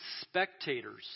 spectators